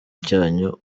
cyanyu